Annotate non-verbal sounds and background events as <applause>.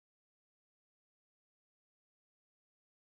<unintelligible>